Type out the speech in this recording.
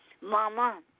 Mama